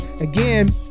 again